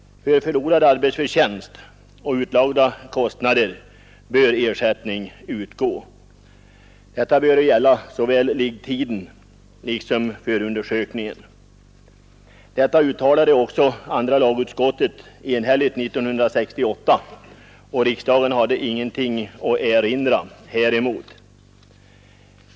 För förlorad arbetsförtjänst och utlagda kostnader bör ersättning utgå, och det bör gälla såväl sjuktiden som förundersökningen. Detta uttalade också andra lagutskottet enhälligt 1968, och riksdagen hade ingenting att erinra häremot.